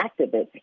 activist